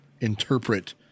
interpret